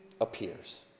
appears